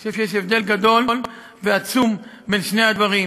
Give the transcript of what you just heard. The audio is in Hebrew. אני חושב שיש הבדל גדול ועצום בין שני הדברים: